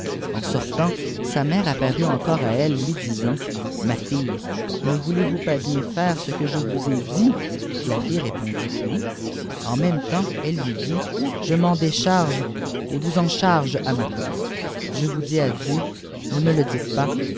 en sortant sa mère apparut encore à elle lui disant ma fiue ne voulez-vous pas bien faire ce que je vous ai dit la flle répondit qu'oui en même temps elle lui dit je m'en décharge et vous en charge à ma place je vous dis adieu ne me le dites pas